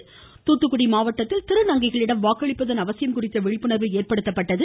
தூத்துகுடி தூத்துகுடி மாவட்டத்தில் திருநங்கைகளிடம் வாக்களிப்பதன் அவசியம் குறித்த விழிப்புணர்வு ஏற்படுத்தப்பட்டது